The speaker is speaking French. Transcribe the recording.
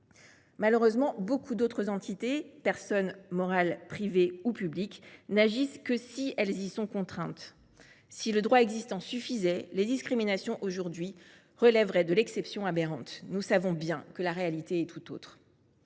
Malheureusement, beaucoup d’autres entités – personnes morales privées ou publiques – n’agissent que si elles y sont contraintes ! Si le droit existant suffisait, les discriminations relèveraient aujourd’hui de l’exception aberrante. Nous savons bien que la réalité est tout autre.